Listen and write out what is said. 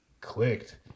Clicked